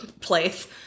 place